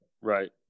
Right